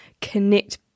connect